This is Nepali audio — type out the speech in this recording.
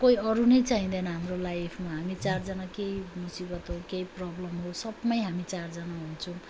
कोही अरू नै चाहिँदैन हाम्रो लाइफमा हामी चारजना केही मुसिबत होस् केही प्रब्लम होस् सबमा हामी चारजना हुन्छौँ